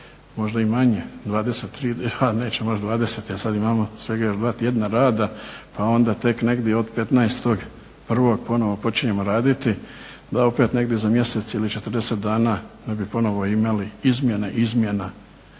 možda i manje 20, ah neću baš 20, jer sad imamo svega još dva tjedna rada, pa onda tek onda negdje od 15.1. ponovo počinjemo raditi, da opet negdje za mjesec ili 40 dana, ne bi ponovo imali izmjene izmjena,